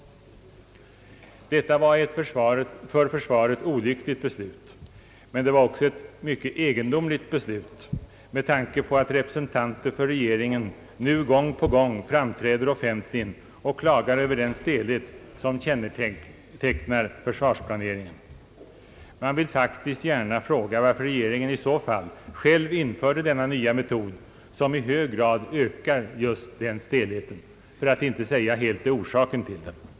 Detta var ett för försvaret olyckligt beslut, men det var också ett mycket egendomligt beslut med tanke på att representanter för regeringen nu gång på gång framträder offentligt och klagar över den stelhet som kännetecknar försvarsplaneringen. Jag vill faktiskt gärna fråga, varför regeringen i så fall själv införde en sådan ny metod, som i hög grad ökar just denna stelhet, för att inte säga, är orsak till den.